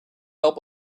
help